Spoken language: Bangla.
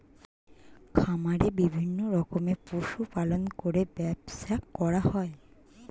খামারে বিভিন্ন রকমের পশু পালন করে ব্যবসা করা হয়